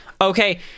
okay